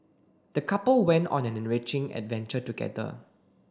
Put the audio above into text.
the couple went on an enriching adventure together